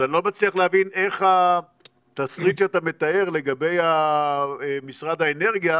אז אני לא מצליח להבין איך התסריט שאתה מתאר לגבי משרד האנרגיה,